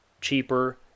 cheaper